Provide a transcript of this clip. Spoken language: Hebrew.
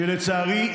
לצערי,